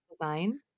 design